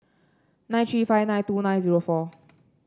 nine three five nine two nine zero four